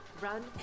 run